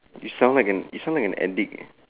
you sound like you sound like an addict